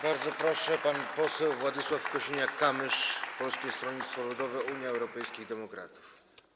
Bardzo proszę, pan poseł Władysław Kosiniak-Kamysz, Polskie Stronnictwo Ludowe - Unia Europejskich Demokratów.